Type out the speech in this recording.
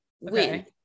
win